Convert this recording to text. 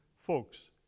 Folks